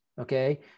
okay